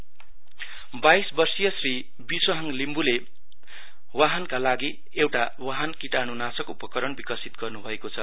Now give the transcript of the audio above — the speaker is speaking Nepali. विसुहाङ लिम्बु बाहिस वर्षीय श्री विसुहाङ लिम्बुले वाहनका लागि एउटा वाहन कीटाणुनाशक उपकरण विकसित गर्नु भएको छ